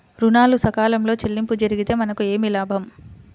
ఋణాలు సకాలంలో చెల్లింపు జరిగితే మనకు ఏమి లాభం?